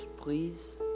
please